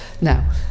Now